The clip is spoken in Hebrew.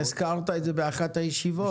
הזכרת את זה באחת הישיבות.